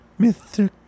mr